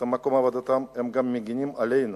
את מקום עבודתם, הם גם מגינים עלינו